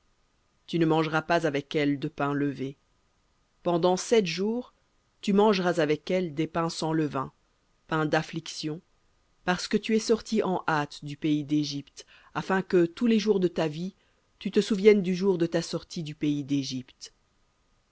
tu ne mangeras pas avec elle de pain levé pendant sept jours tu mangeras avec elle des pains sans levain pains d'affliction parce que tu es sorti en hâte du pays d'égypte afin que tous les jours de ta vie tu te souviennes du jour de ta sortie du pays d'égypte